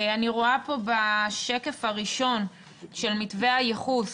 אני רואה פה את השקף הראשון של מתווה הייחוס,